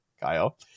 Kyle